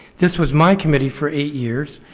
this was my committee for eight years,